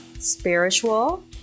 Spiritual